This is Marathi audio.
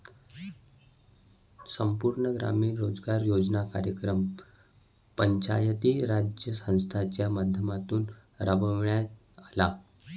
संपूर्ण ग्रामीण रोजगार योजना कार्यक्रम पंचायती राज संस्थांच्या माध्यमातून राबविण्यात आला